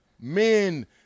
men